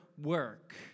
work